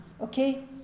okay